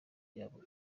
yabo